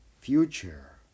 future